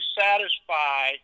satisfy